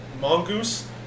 Mongoose